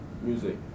music